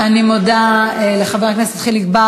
אני מודה לחבר הכנסת חיליק בר.